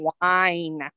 wine